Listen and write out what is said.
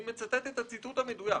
אני מצטט את הציטוט המדויק.